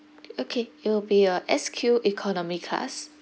okay it'll be a S_Q economy class